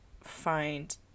find